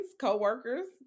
coworkers